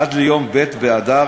עד ליום ב' באדר